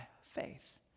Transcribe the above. faith